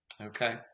okay